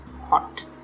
hot